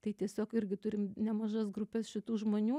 tai tiesiog irgi turim nemažas grupes šitų žmonių